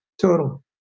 total